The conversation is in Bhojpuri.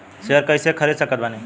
शेयर कइसे खरीद सकत बानी?